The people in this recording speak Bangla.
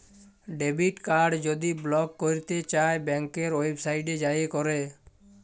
ডেবিট কাড় যদি ব্লক ক্যইরতে চাই ব্যাংকের ওয়েবসাইটে যাঁয়ে ক্যরে